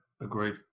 agreed